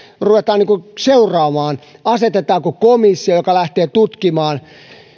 seuraamaan asetetaanko komissio joka lähtee tutkimaan